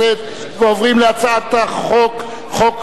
לא להפריע בזמן